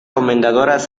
comendadoras